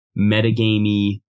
metagamey